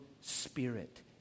Spirit